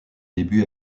début